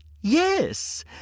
Yes